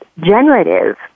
generative